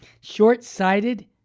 short-sighted